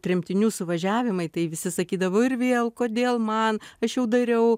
tremtinių suvažiavimai tai visi sakydavo ir vėl kodėl man aš jau dariau